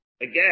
again